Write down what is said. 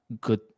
good